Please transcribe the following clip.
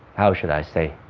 how should i say,